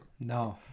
No